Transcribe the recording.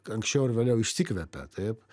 anksčiau ar vėliau išsikvepia taip